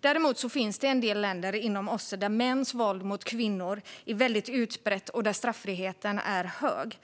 Däremot finns det en del länder inom OSSE där mäns våld mot kvinnor är utbrett och där straffriheten är hög.